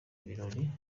ibirori